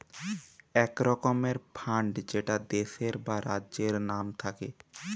এক রকমের ফান্ড যেটা দেশের বা রাজ্যের নাম থাকে